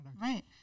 Right